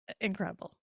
Incredible